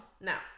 now